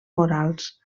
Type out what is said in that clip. morals